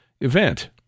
event